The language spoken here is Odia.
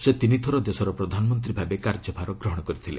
ସେ ତିନିଥର ଦେଶର ପ୍ରଧାନମନ୍ତ୍ରୀ ଭାବେ କାର୍ଯ୍ୟଭାର ଗ୍ରହଣ କରିଥିଲେ